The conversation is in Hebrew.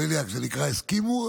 בליאק, זה נקרא הסכימו?